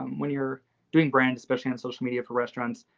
um when you're doing brands especially on social media for restaurants,